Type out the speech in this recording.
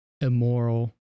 immoral